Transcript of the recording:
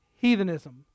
heathenism